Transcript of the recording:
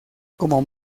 como